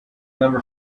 number